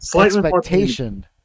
expectation